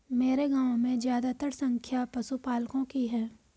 मेरे गांव में ज्यादातर संख्या पशुपालकों की है